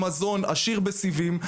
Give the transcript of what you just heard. עם מזון עשיר בסיבים,